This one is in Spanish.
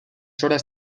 horas